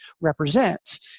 represents